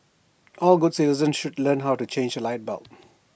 all good citizens should learn how to change A light bulb